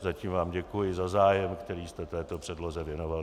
Zatím vám děkuji za zájem, který jste této předloze věnovali.